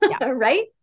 right